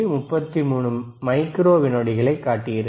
33 micro விநாடிகளைக் காட்டுகிறது